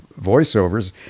voiceovers